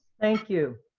thank you.